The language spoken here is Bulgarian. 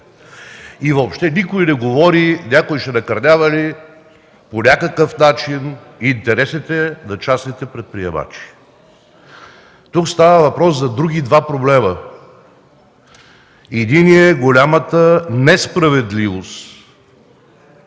Въобще никой не говори някой ще накърнява ли по някакъв начин интересите на частните предприемачи. Тук става въпрос за други два проблема. Единият е голямата несправедливост